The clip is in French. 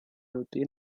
noter